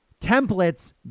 Templates